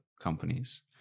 companies